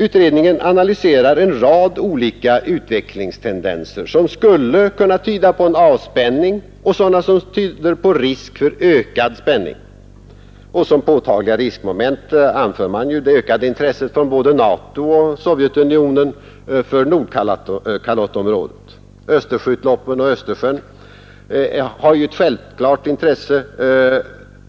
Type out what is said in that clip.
Utredningen analyserar en rad olika utvecklingstendenser som skulle tyda på en avspänning och sådana som tyder på risk för ökad spänning. Som påtagliga riskmoment anför försvarsutredningen det ökade intresse som både NATO och Sovjetunionen visar för Nordkalottområdet. Östersjöutloppen och Östersjön har ett självklart intresse